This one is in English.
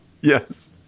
Yes